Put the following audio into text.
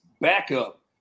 backup